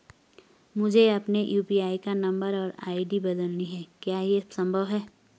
मुझे अपने यु.पी.आई का नम्बर और आई.डी बदलनी है क्या यह संभव है?